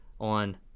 on